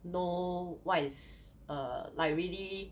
know what is err like really